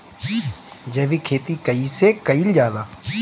जैविक खेती कईसे कईल जाला?